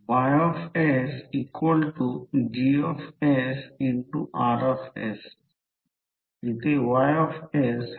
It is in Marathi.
तर त्या प्रकरणात प्रथम प्रॉब्लेम पहा प्रत्यक्षात जे दिले गेले आहे ते पहा